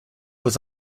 was